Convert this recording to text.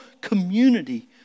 community